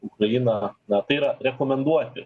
ukrainą na tai yra rekomenduoti